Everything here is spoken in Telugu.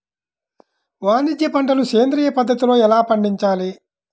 వాణిజ్య పంటలు సేంద్రియ పద్ధతిలో ఎలా పండించాలి?